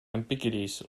ambiguities